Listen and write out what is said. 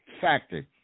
factor